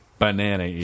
Banana